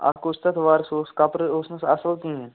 اَکھ اوس تَتھ وَر سُہ اوس کپرٕ اوس نہٕ سُہ اَصٕل کِہیٖنۍ